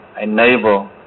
enable